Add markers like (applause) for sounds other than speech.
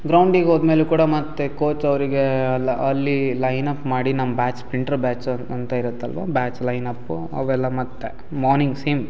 ಗ್ರೌಂಡಿಗೆ ಹೋದಮೇಲೂ ಕೂಡ ಮತ್ತು ಕೋಚ್ ಅವರಿಗೆ ಅಲ್ಲ ಅಲ್ಲಿ ಲೈನ್ ಅಪ್ ಮಾಡಿ ನಮ್ಮ ಬ್ಯಾಚ್ (unintelligible) ಬ್ಯಾಚ್ ಅಂತ ಇರುತ್ತಲ್ವಾ ಬ್ಯಾಚ್ ಲೈನ್ ಅಪ್ಪು ಅವೆಲ್ಲ ಮತ್ತು ಮಾರ್ನಿಂಗ್ ಸೇಮ್